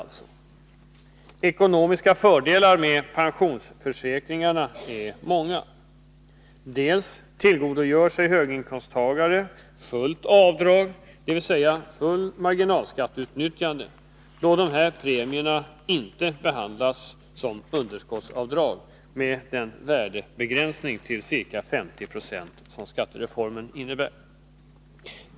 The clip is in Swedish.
De ekonomiska fördelarna med pensionsförsäkringarna är många. Höginkomsttagare tillgodogör sig fullt avdrag, dvs. fullt marginalskatteutnyttjande, då dessa premier inte behandlas som underskottsavdrag med den värdebegränsning till ca 50 20 som skattereformen innebär.